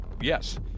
yes